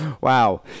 Wow